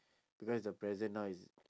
because the present now is